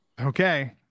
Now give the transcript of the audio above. okay